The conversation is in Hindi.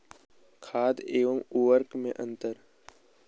खाद एवं उर्वरक में अंतर?